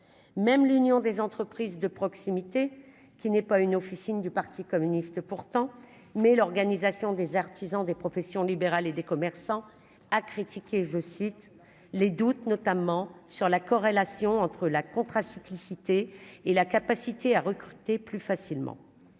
même l'Union des entreprises de proximité qui n'est pas une officine du Parti communiste, pourtant, mais l'organisation des artisans, des professions. Si on libéral et des commerçants a critiqué, je cite, les doutes, notamment sur la corrélation entre la contrat cyclicité et la capacité à recruter plus facilement,